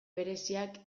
bereziak